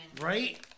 Right